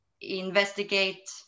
investigate